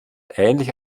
ähnlich